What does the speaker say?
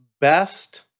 best